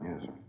Yes